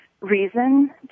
reason